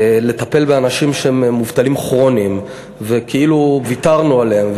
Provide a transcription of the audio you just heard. לטפל באנשים שהם מובטלים כרוניים וכאילו ויתרנו עליהם,